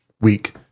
week